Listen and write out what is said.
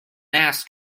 asked